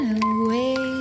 away